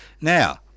Now